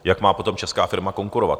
Jak má potom česká firma konkurovat?